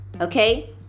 Okay